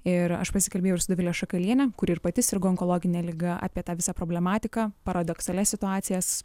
ir aš pasikalbėjau ir su dovile šakaliene kuri ir pati sirgo onkologine liga apie tą visą problematiką paradoksalias situacijas